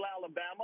Alabama